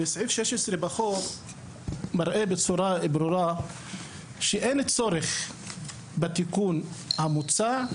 וסעיף 16 בחוק מראה בצורה ברורה שאין צורך בתיקון המוצע,